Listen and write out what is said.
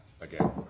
again